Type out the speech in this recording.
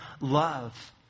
love